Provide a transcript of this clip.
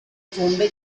tombe